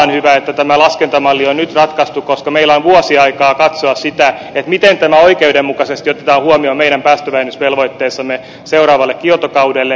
on tavallaan hyvä että tämä laskentamalli on nyt ratkaistu koska meillä on vuosi aikaa katsoa sitä miten tämä oikeudenmukaisesti otetaan huomioon meidän päästövähennysvelvoitteessamme seuraavalle kioto kaudelle